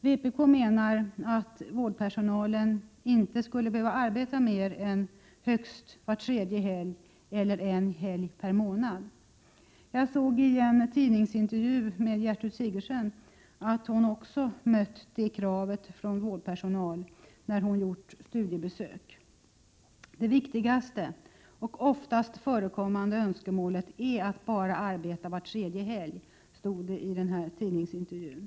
Vi i vpk menar att vårdpersonalen inte skulle behöva arbeta mer än högst var tredje helg, eller en helg per månad. Jag har läst en tidningsintervju med Gertrud Sigurdsen, där hon sade att hon också hade mött det här kravet från vårdpersonal när hon gjort studiebesök. Det viktigaste och oftast förekommande önskemålet är att bara behöva arbeta var tredje helg, enligt tidningsintervjun.